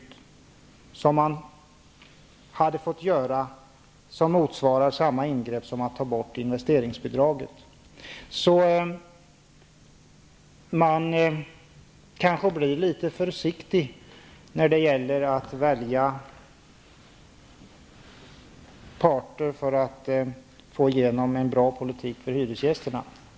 Det är ju vad man skulle ha måst göra, och då i en omfattning motsvarande vad som försvinner i och med borttagandet av investeringsbidraget. Man kanske därför blir litet försiktig när det gäller att välja parter för att få igenom en bra politik för hyresgästerna.